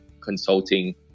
consulting